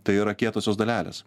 tai yra kietosios dalelės